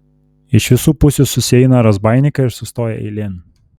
iš visų pusių susieina razbaininkai ir sustoja eilėn